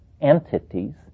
entities